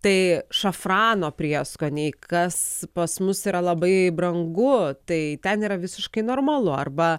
tai šafrano prieskoniai kas pas mus yra labai brangu tai ten yra visiškai normalu arba